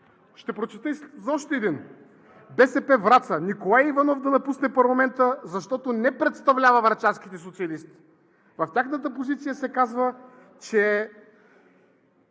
Ще прочета и за още един – БСП – Враца: „Николай Иванов да напусне парламента, защото не представлява врачанските социалисти.“ В тяхната позиция се казва, че